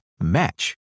match